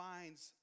Finds